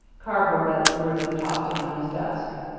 carver read it through, then tossed it on his desk.